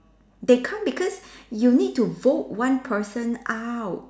they can't because you need to vote one person out